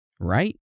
right